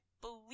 believe